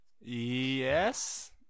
Yes